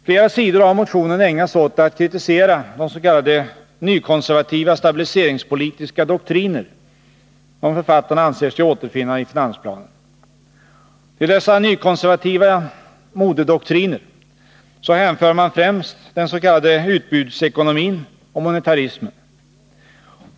Flera sidor av motionen ägnas åt att kritisera de s.k. nykonservativa stabiliseringspolitiska doktriner som författarna anser sig återfinna i finansplanen. Till dessa nykonservativa modedoktriner hänför man främst den s.k. utbudsekonomin och monetarismen.